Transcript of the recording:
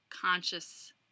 conscious